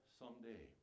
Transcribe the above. someday